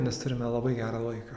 nes turime labai gerą laiką